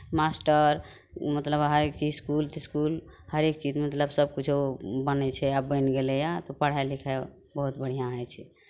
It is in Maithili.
मास्टर मतलब हर एक इसकुल तिस्कुल हरेक चीज मतलब सभकिछो बनै छै आब बनि गेलैए तऽ पढ़ाइ लिखाइ बहुत बढ़िआँ होइ छै